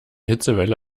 hitzewelle